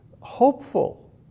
hopeful